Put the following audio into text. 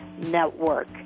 Network